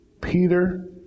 Peter